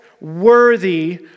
worthy